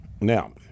Now